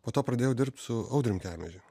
po to pradėjau dirbt su audrium kemežiu